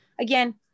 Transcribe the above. again